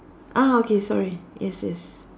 ah okay sorry yes yes